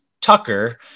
Tucker